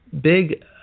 big